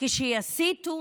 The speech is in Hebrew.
כשיסיתו